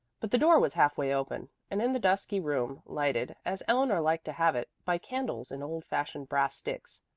but the door was half-way open, and in the dusky room, lighted, as eleanor liked to have it, by candles in old-fashioned brass sticks,